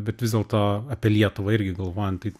bet vis dėlto apie lietuvą irgi galvojant tai